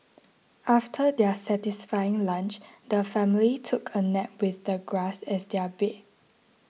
after their satisfying lunch the family took a nap with the grass as their bed